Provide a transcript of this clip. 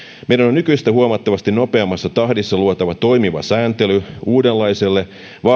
nykyistä huomattavasti nopeammassa tahdissa luotava toimiva sääntely uudenlaiselle vahvasti